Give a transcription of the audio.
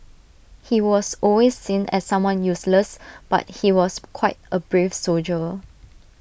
he was always seen as someone useless but he was quite A brave soldier